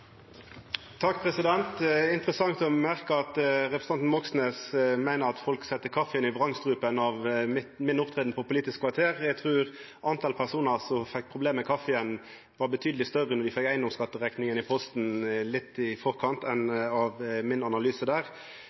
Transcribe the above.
Moxnes meiner at folk set kaffien i vrangstrupen av framferda mi på Politisk kvarter. Eg trur det var eit betydeleg større antal personar som fekk problem med kaffien då dei fekk eigedomsskatterekninga i posten litt tidlegare, enn som fekk det av analysen min der.